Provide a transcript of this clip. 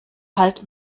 halt